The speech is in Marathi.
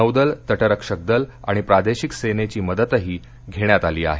नौदल त उक्षक दल आणि प्रादेशिक सेनेची मदतही घेण्यात आली आहे